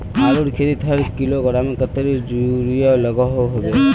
आलूर खेतीत हर किलोग्राम कतेरी यूरिया लागोहो होबे?